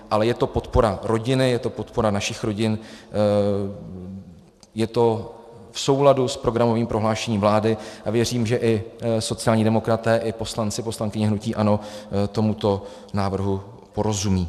Ale je to podpora rodiny, je to podpora našich rodin, je to v souladu s programovým prohlášením vlády a věřím, že i sociální demokraté i poslanci a poslankyně hnutí ANO tomuto návrhu porozumí.